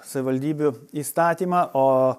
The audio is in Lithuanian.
savivaldybių įstatymą o